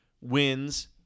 wins